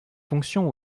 fonctions